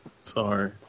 sorry